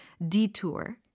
detour